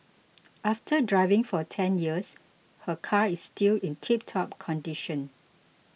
after driving for ten years her car is still in tiptop condition